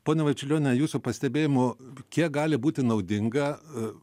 pone vaičiulioniene jūsų pastebėjimu kiek gali būti naudinga